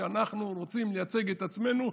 אנחנו רוצים לייצג את עצמנו,